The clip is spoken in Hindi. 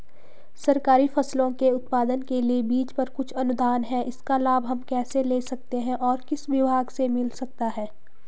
सरकारी फसलों के उत्पादन के लिए बीज पर कुछ अनुदान है इसका लाभ हम कैसे ले सकते हैं और किस विभाग से मिल सकता है?